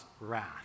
wrath